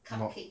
什么